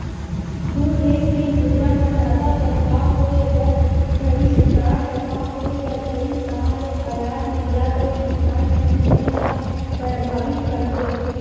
दू देस के मुद्रा म जादा बदलाव होय बर धरिस उतार चड़हाव होय बर धरिस ताहले अयात निरयात अउ भुगतान संतुलन ल परभाबित करथे